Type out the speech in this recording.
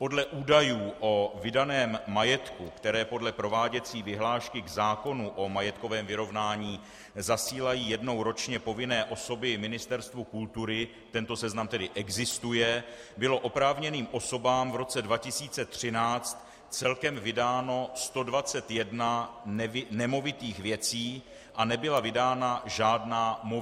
Podle údajů o vydaném majetku, které podle prováděcí vyhlášky k zákonu o majetkovém vyrovnání zasílají jednou ročně povinné osoby Ministerstvu kultury tento seznam tedy existuje bylo oprávněným osobám v roce 2013 celkem vydáno 121 nemovitých věcí a nebyla vydána žádná movitá věc.